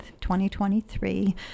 2023